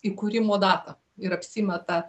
įkūrimo datą ir apsimeta